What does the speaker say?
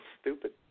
Stupid